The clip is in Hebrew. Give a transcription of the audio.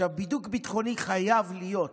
עכשיו, בידוק ביטחוני חייב להיות,